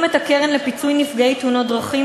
את הקרן לפיצוי נפגעי תאונות דרכים,